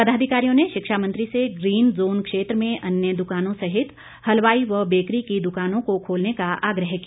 पदाधिकारियों ने शिक्षा मंत्री से ग्रीन जोन क्षेत्र में अन्य दुकानों सहित हलवाई व बेकरी की दुकानों को खोलने का आग्रह किया